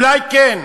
אולי כן,